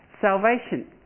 salvation